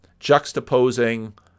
juxtaposing